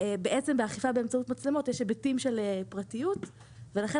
בעצם באכיפה באמצעות מצלמות יש היבטים של פרטיות ולכן